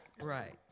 Right